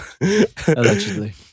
allegedly